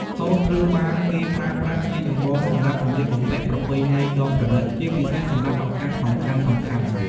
ហូលត្រូវបានគេប្រើប្រាស់ជាចម្បងសម្រាប់សំលៀកបំពាក់ប្រពៃណីដ៏ប្រណីត ជាពិសេសសម្រាប់ឱកាសសំខាន់ៗ។